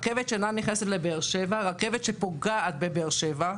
רכבת שאינה נכנסת לבאר שבע היא רכבת שפוגעת בבאר שבע,